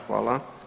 Hvala.